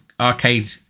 arcade